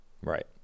Right